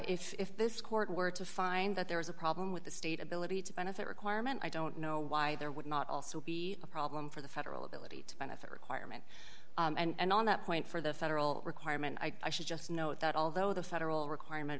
think if this court were to find that there is a problem with the state ability to benefit requirement i don't know why there would not also be a problem for the federal ability to benefit requirement and on that point for the federal requirement i should just note that although the federal requirement